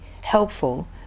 helpful